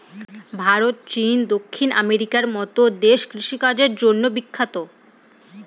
ভারত, চীন, দক্ষিণ আমেরিকার মতো দেশ কৃষিকাজের জন্য বিখ্যাত